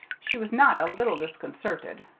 she was not a little disconcerted.